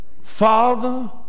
Father